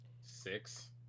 six